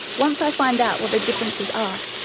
once i find out what the differences are,